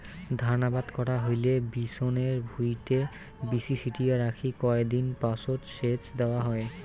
ধান আবাদ করা হইলে বিচনের ভুঁইটে বীচি ছিটিয়া রাখি কয় দিন পাচত সেচ দ্যাওয়া হয়